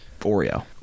Oreo